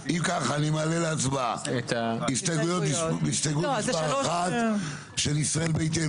אם כך אני מעלה להצבעה את הסתייגות מספר 1 של ישראל ביתנו.